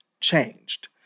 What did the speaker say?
changed